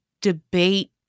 debate